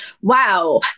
Wow